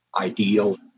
ideal